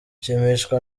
nshimishwa